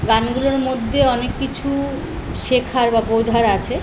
গানগুলোর মধ্যে অনেক কিছু শেখার বা বোঝার আছে